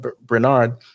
Bernard